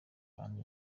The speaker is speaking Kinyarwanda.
kandi